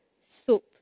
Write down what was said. soup